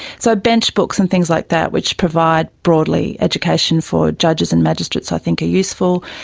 so bench books and things like that which provide broadly education for judges and magistrates i think are useful,